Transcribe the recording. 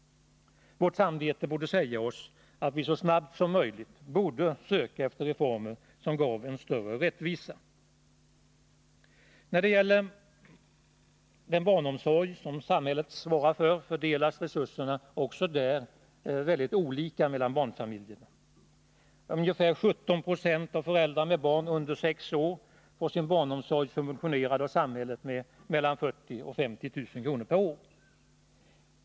Vårt samvete borde säga oss att vi så snabbt som möjligt skulle söka genomföra reformer som gav en större rättvisa. Även när det gäller den barnomsorg som samhället svarar för fördelas resurserna väldigt olika mellan barnfamiljerna. Ungefär 17 9o av föräldrar med barn under sex år får sin barnomsorg subventionerad av samhället med 40 000-50 000 kr. per år.